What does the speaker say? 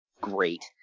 great